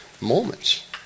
moments